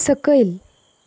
सकयल